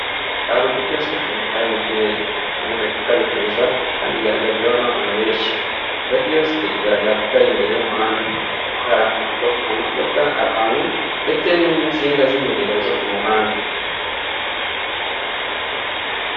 Hari udukiyosiki tubiri twa MTN, kamwe bari kukabikurizaho akandi gahagazweho n'abantu benshi, aka gakiyosike bigaragara ko kari imbere y'umuhanda, aho hari amamoto, amamodoka, abantu ndetse n'insinga z'imiriro zo ku muhanda.